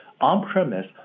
on-premise